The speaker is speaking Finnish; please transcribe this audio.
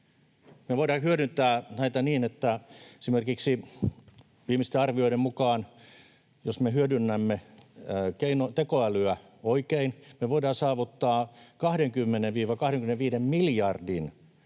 me voidaan hyödyntää näitä niin, että esimerkiksi viimeisten arvioiden mukaan, jos me hyödynnämme tekoälyä oikein, me voidaan saavuttaa 20—25 miljardin